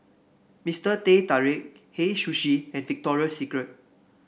Mister Teh Tarik Hei Sushi and Victoria Secret